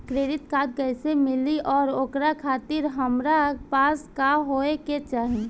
Credit card कैसे मिली और ओकरा खातिर हमरा पास का होए के चाहि?